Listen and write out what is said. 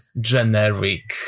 generic